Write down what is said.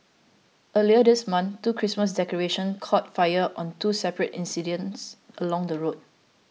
earlier this month two Christmas decorations caught fire on two separate incidents along the road